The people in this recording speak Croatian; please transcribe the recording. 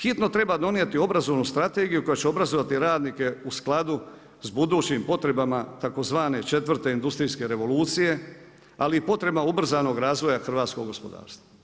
Hitno treba donijeti obrazovnu strategiju koja će obrazovati radnike u skladu sa budućim potrebama tzv. 4. industrijske revolucije ali i potrebama ubrzanog razvoja hrvatskog gospodarstva.